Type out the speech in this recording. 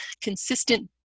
consistent